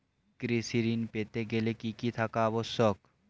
কৃষি ঋণ পেতে গেলে কি কি থাকা আবশ্যক?